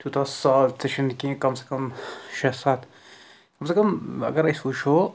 تیوٗتاہ سہل تہِ چھِنہٕ کیٚنہہ کم سے کم شےٚ سَتھ کم سے کم اَگر أسۍ وٕچھو